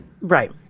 Right